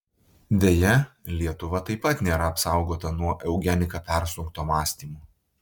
deja lietuva taip pat nėra apsaugota nuo eugenika persunkto mąstymo